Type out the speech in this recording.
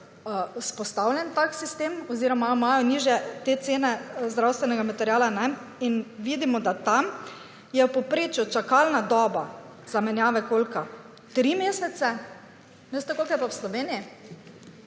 vzpostavljen tak sistem oziroma imajo nižje, te cene zdravstvenega materiala, kajne, in vidimo, da tam je v povprečju čakalna doba zamenjave kolka 3 mesece, veste koliko je pa v Sloveniji?